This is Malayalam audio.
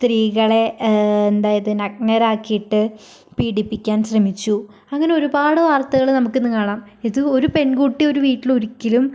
സ്ത്രീകളെ എന്താ ഇത് നഗ്നരാക്കിയിട്ട് പീഡിപ്പിക്കാൻ ശ്രമിച്ചു അങ്ങനെ ഒരുപാട് വാർത്തകള് നമുക്കിന്ന് കാണാം ഇത് ഒരു പെൺകുട്ടി ഒരു വീട്ടില് ഒരിക്കലും